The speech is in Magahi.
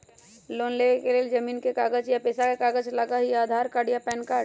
लोन लेवेके लेल जमीन के कागज या पेशा के कागज लगहई या आधार कार्ड या पेन कार्ड?